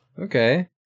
Okay